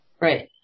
Right